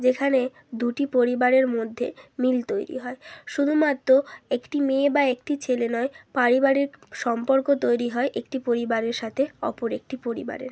যেখানে দুটি পরিবারের মধ্যে মিল তৈরি হয় শুধুমাত্র একটি মেয়ে বা একটি ছেলে নয় পারিবারিক সম্পর্ক তৈরি হয় একটি পরিবারের সাথে ওপর একটি পরিবারের